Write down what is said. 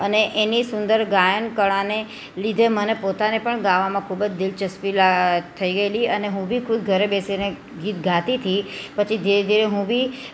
અને એની સુંદર ગાયન કળાને લીધે મને પોતાને પણ ગાવામાં ખૂબ જ દિલચસ્પી થઈ ગયેલી અને હું બી ખુદ ઘરે બેસીને ગીત ગાતી હતી પછી ધીરે ધીરે હું બી